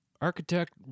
architect